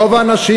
רוב האנשים,